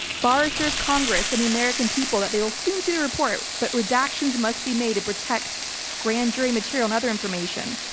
barr assures congress and the american people that they will soon see the report, but redactions must be made to protect grand jury material and other information.